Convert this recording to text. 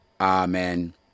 Amen